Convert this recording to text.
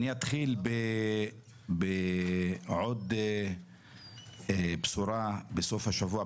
אתחיל בעוד בשורה מרה מסוף השבוע: